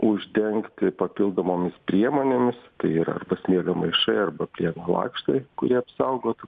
uždengti papildomomis priemonėmis tai yra arba smėlio maišai arba plieno lakštai kurie apsaugotų